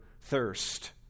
thirst